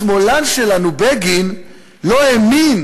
השמאלן שלנו בגין לא האמין,